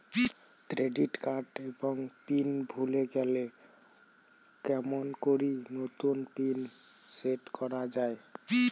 Credit card এর pin ভুলে গেলে কেমন করি নতুন পিন সেট করা য়ায়?